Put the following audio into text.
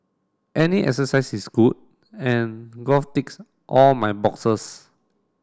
any exercise is good and golf ticks all my boxes